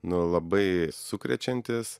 nu labai sukrečiantis